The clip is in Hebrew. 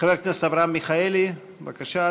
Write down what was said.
חבר הכנסת אברהם מיכאלי, בבקשה,